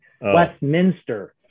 westminster